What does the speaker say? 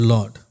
Lord